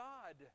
God